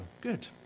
good